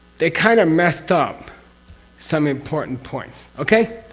they kind of messed up some important points. okay?